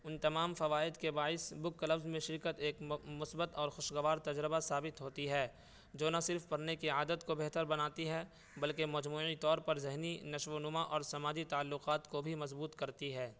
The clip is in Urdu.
ان تمام فوائد کے باعث بک کلبز میں شرکت ایک مثبت اور خوشگوار تجربہ ثابت ہوتی ہے جو نہ صرف پڑھنے کی عادت کو بہتر بناتی ہے بلکہ مجموعی طور پر ذہنی نشوونما اور سماجی تعلقات کو بھی مضبوط کرتی ہے